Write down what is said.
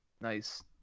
nice